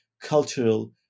cultural